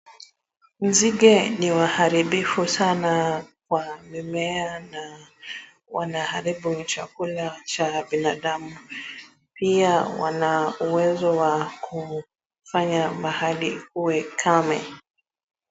Nzige ni waharibifu sana kwa mimea na wanaharibu chakula cha binadamu pia wana uwezo wa kufanya mahali kuwe kame.